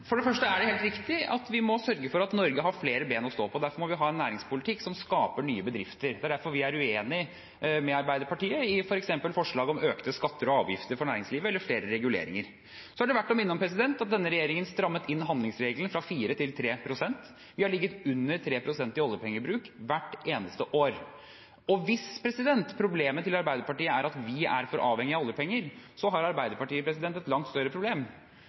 For det første er det helt riktig at vi må sørge for at Norge har flere ben å stå på. Derfor må vi ha en næringspolitikk som skaper nye bedrifter, og derfor er vi uenige med Arbeiderpartiet i f.eks. forslagene om økte skatter og avgifter for næringslivet og flere reguleringer. Det er verdt å minne om at denne regjeringen strammet inn handlingsregelen, fra 4 pst. til 3 pst. Vi har ligget under 3 pst. i oljepengebruk hvert eneste år. Hvis Arbeiderpartiets problem er at vi er for avhengige av oljepenger, har de et langt større problem.